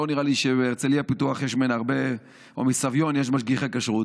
לא נראה לי שמהרצליה פיתוח או מסביון יש משגיחי כשרות.